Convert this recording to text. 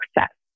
success